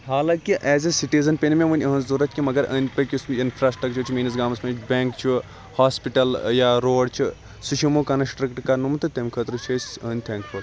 حالانکہِ as a citizen پیٚیہِ نہٕ وٕنہِ مےٚ أہٕنٛز ضوٚرَتھ کینٛہہ مَگَر أندۍ پکۍ یُس تہِ اِنفراسٹرکچر چھُ میٲنِس گامَس مَنٛز بینٛک چھُ ہوسپِٹَل یا روڑ چھُ سُہ چھُ یِمو کَنسٹرکٹ کَرنومُت تہٕ تمہِ خٲطرٕ چھِ أسۍ أہٕنٛدۍ تھینٛکفُل